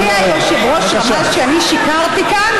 האם אדוני היושב-ראש רמז שאני שיקרתי כאן?